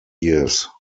years